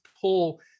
pull